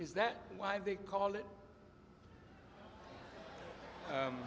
is that why they call it